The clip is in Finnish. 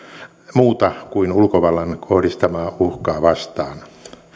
muuta kuin ulkovallan kohdistamaa uhkaa vastaan